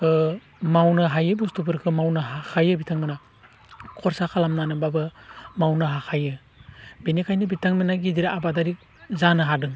मावनो हायै बुस्थुफोरखो मावनो हाखायो बिथांमोनहा खरसा खालामनानैब्लाबो मावनो हाखायो बेनिखायनो बिथांमोननो गिदिर आबादारि जानोहादों